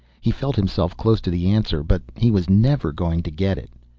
he felt himself close to the answer but he was never going to get it.